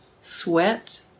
Sweat